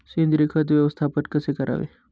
सेंद्रिय खत व्यवस्थापन कसे करावे?